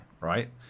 right